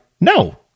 No